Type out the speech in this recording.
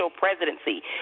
Presidency